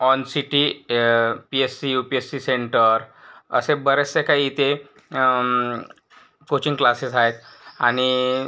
ऑनसीटी M P S C U P S C centre असे बरेचसे काही इथे कोचिंग क्लासेस आहेत आणि